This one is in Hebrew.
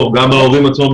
ההורים,